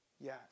Yes